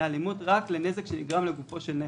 אלימות רק לנזק שנגרם לגופו של נכס.